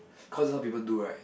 cause a lot people do right